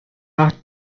ought